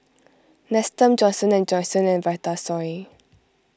Nestum Johnson and Johnson and Vitasoy